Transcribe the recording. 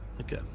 Okay